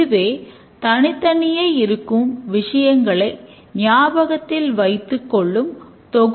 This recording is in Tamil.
இதுவே துல்லியமான பிரித்து வெல்லுதல் கொள்கை